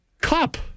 cup